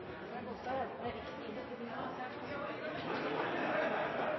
må ta